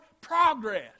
progress